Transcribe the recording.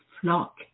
flock